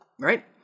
right